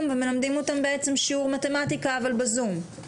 ומלמדים אותם בעצם שיעור מתמטיקה אבל בזום?